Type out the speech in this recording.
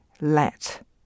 Let